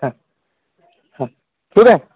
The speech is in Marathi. हां हां ठीक आहे